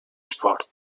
fort